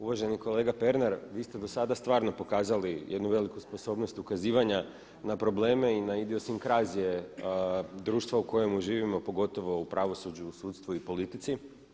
Uvaženi kolega Pernar vi ste dosada stvarno pokazali jednu veliku sposobnost ukazivanja na probleme i na idiosinkrazije društva u kojemu živimo pogotovo u pravosuđu, sudstvu i politici.